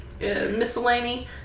Miscellany